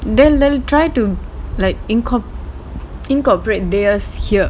they'll they'll try to like incorp~ incorporate theirs here